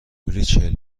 ریچل